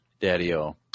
Daddy-o